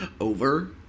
Over